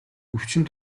өвчин